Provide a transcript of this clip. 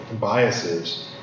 biases